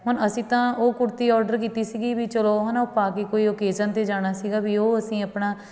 ਹੁਣ ਅਸੀਂ ਤਾਂ ਉਹ ਕੁੜਤੀ ਔਡਰ ਕੀਤੀ ਸੀਗੀ ਵੀ ਚਲੋ ਹੈ ਨਾ ਉਹ ਪਾ ਕੇ ਕੋਈ ਓਕੇਜ਼ਨ 'ਤੇ ਜਾਣਾ ਸੀਗਾ ਵੀ ਉਹ ਅਸੀਂ ਆਪਣਾ